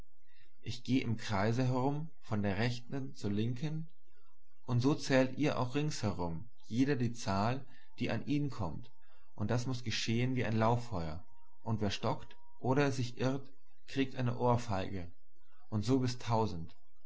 ich geh im kreise herum von der rechten zur linken und so zählt ihr auch rings herum jeder die zahl die an ihn kommt und das muß gehen wie ein lauffeuer und wer stockt oder sich irrt kriegt eine ohrfeige und so bis tausend